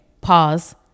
pause